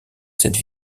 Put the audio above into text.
cette